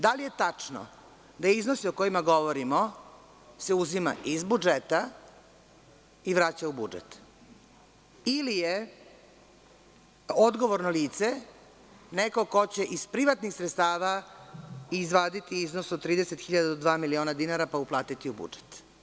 Da li je tačno da iznosi o kojima govorimo se uzimaju iz budžeta i vraćaju u budžet ili je odgovorno lice neko ko će iz privatnih sredstava izvaditi iznos od 30.000 do dva miliona dinara pa uplatiti u budžet?